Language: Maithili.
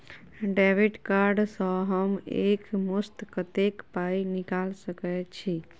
डेबिट कार्ड सँ हम एक मुस्त कत्तेक पाई निकाल सकय छी?